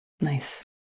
Nice